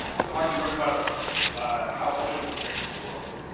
so how do we learn about how others experience the world?